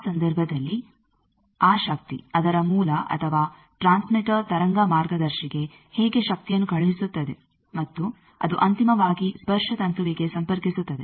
ಆ ಸಂದರ್ಭದಲ್ಲಿ ಆ ಶಕ್ತಿ ಅದರ ಮೂಲ ಅಥವಾ ಟ್ರಾನ್ಸ್ಮಿಟ್ಟರ್ ತರಂಗ ಮಾರ್ಗದರ್ಶಿಗೆ ಹೇಗೆ ಶಕ್ತಿಯನ್ನು ಕಳುಹಿಸುತ್ತದೆ ಮತ್ತು ಅದು ಅಂತಿಮವಾಗಿ ಸ್ಪರ್ಶ ತಂತುವಿಗೆ ಸಂಪರ್ಕಿಸುತ್ತದೆ